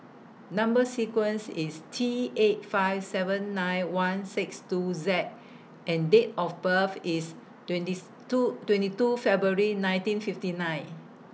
Number sequence IS T eight five seven nine one six two Z and Date of birth IS twenties two twenty two February nineteen fifty nine